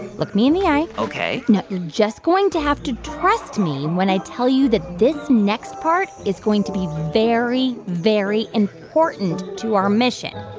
look me in the eye ok now, you're just going to have to trust me when i tell you that this next part is going to be very, very important to our mission.